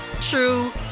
true